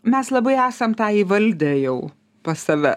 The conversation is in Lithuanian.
mes labai esam tą įvaldę jau pas save